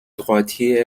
droitier